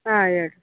ಆಂ ಹೇಳ್ರಿ